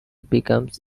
becomes